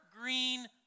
green